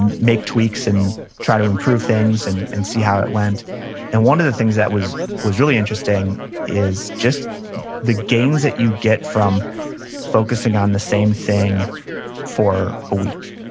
and make tweaks, and try to improve things, and and see how it went and one of the things that was was really interesting is just the gains that you get from focusing on the same thing for a week.